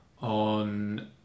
on